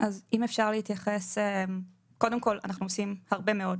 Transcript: אז קודם כל, אנחנו עושים הרבה מאוד.